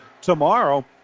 tomorrow